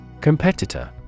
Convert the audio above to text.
Competitor